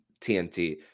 TNT